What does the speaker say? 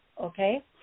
okay